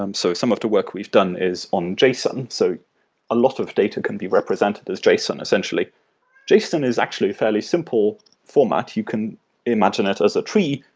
um so some of the work we've done is on json, so a lot of data can be represented as json essentially json is actually fairly simple format. you can imagine it as a tree.